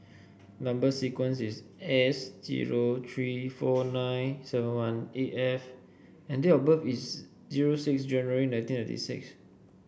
number sequence is S zero three four nine seven one eight F and date of birth is zero six January nineteen ninety six